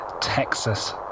Texas